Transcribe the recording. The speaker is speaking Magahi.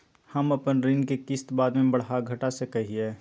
हम अपन ऋण के किस्त बाद में बढ़ा घटा सकई हियइ?